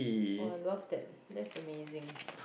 oh I love that that's amazing